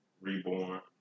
Reborn